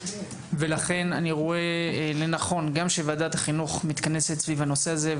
לכן אני רואה לנכון גם שוועדת החינוך מתכנסת סביב הנושא הזה.